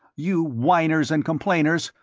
you whiners and complainers,